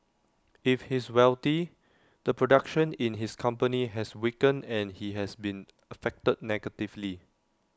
if he's wealthy the production in his company has weakened and he has been affected negatively